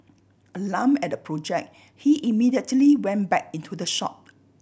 alarmed at the object he immediately went back into the shop